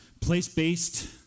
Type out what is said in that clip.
place-based